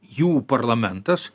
jų parlamentas